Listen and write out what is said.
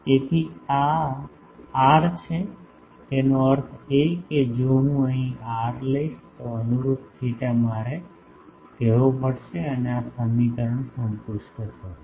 તેથી આ આ r છે તેનો અર્થ એ કે જો હું અહીં આર લઈશ તો અનુરૂપ થેટા મારે કહેવું પડશે અને આ સમીકરણ સંતુષ્ટ થશે